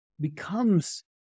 becomes